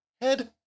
head